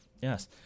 Yes